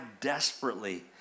desperately